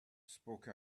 spoke